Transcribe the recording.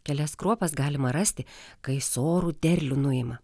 kelias kruopas galima rasti kai sorų derlių nuima